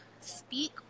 speak